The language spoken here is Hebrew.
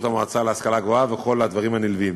המועצה להשכלה גבוהה וכל הדברים הנלווים.